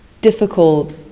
difficult